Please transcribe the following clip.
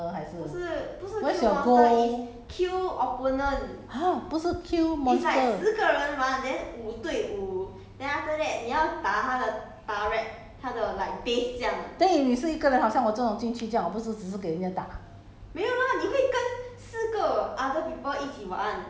就是你的意思是什么 ah then 你要就 kill the monster 还是 what's your goal !huh! 不是 kill monster then if 你是一个人好像我这种进去这样我不是只是给人家打